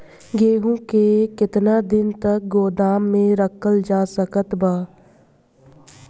गेहूँ के केतना दिन तक गोदाम मे रखल जा सकत बा?